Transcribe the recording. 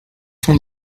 son